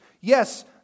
Yes